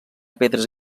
pedres